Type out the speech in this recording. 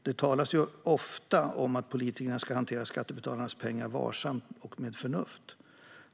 Det talas ju ofta om att politikerna ska hantera skattebetalarnas pengar varsamt och med förnuft.